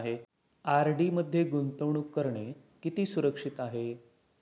RD मध्ये गुंतवणूक करणे किती सुरक्षित आहे?